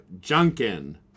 junkin